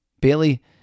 Bailey